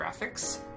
Graphics